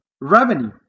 revenue